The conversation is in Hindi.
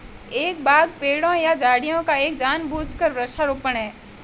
एक बाग पेड़ों या झाड़ियों का एक जानबूझकर वृक्षारोपण है